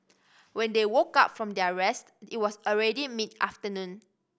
when they woke up from their rest it was already mid afternoon